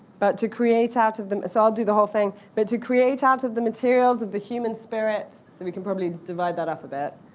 but to create out of them so ah i'll do the whole thing. but to create out of the materials of the human spirit. so we can probably divide that up a bit.